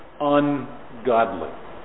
ungodly